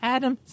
Adam